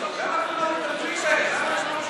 למה אתם לא מטפלים בהם?